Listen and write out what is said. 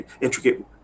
intricate